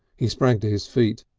he sprang to his feet,